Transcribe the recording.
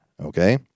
Okay